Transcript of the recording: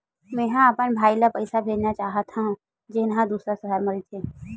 मेंहा अपन भाई ला पइसा भेजना चाहत हव, जेन हा दूसर शहर मा रहिथे